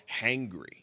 hangry